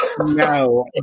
no